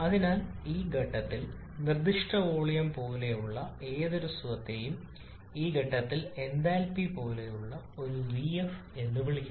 അതിനാൽ ഈ ഘട്ടത്തിൽ നിർദ്ദിഷ്ട വോളിയം പോലുള്ള ഏതൊരു സ്വത്തേയും ഈ ഘട്ടത്തിൽ എന്തൽപി പോലുള്ള ഒരു വിഎഫ് എന്ന് വിളിക്കണം